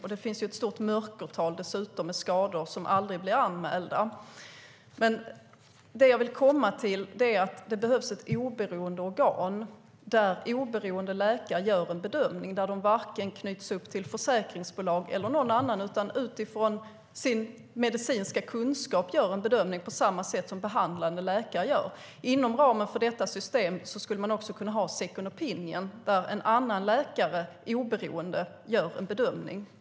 Dessutom är mörkertalet stort, vilket innebär att många skador aldrig blir anmälda. Det jag vill komma till är att det behövs ett oberoende organ där oberoende läkare gör bedömningen. Det ska vara läkare som varken är knutna till försäkringsbolag eller till några andra som utifrån sin medicinska kunskap gör en bedömning på samma sätt som behandlande läkare. Inom ramen för det systemet skulle man också kunna ha en second opinion där ytterligare en oberoende läkare gör en bedömning.